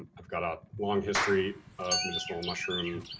ah i've got a long history of medicinal mushroom,